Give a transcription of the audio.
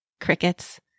crickets